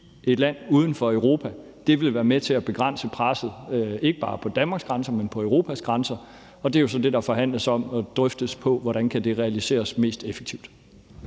et land uden for Europa. Det vil være med til at begrænse presset, ikke bare på Danmarks grænser, men på Europas grænser. Og det er jo så det, der forhandles om og drøftes: Hvordan kan det realiseres mest effektivt?